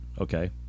okay